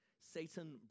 Satan